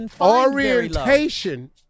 Orientation